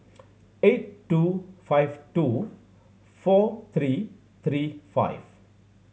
eight two five two four three three five